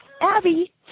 Abby